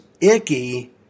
icky